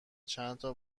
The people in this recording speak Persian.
چندتا